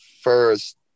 first